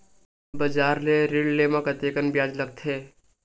बजार ले ऋण ले म कतेकन ब्याज लगथे?